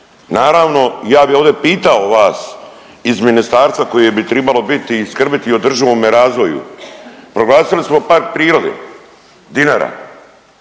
Naravno ja bih ovdje pitao vas iz ministarstva koje bi tribalo biti i skrbiti o održivome razvoju. Proglasili smo park prirode Dinara,